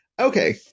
okay